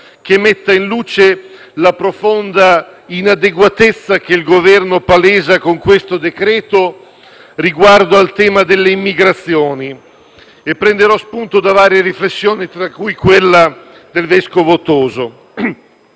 che metta in luce la profonda inadeguatezza che il Governo palesa con questo decreto-legge riguardo al tema dell'immigrazione. E prenderò spunto da varie riflessioni, tra cui quella del vescovo Toso.